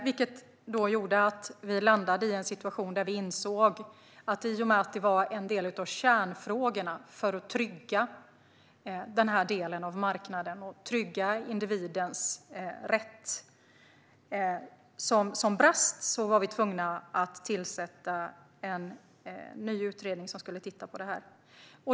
Det gjorde att vi landade i en situation där vi insåg att i och med att detta var en del av kärnfrågorna för att trygga denna del av marknaden och trygga individens rätt som brast var vi tvungna att tillsätta en ny utredning som skulle titta på detta.